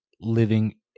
living